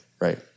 Right